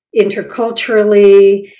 interculturally